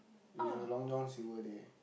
is a Long-John-Silvers day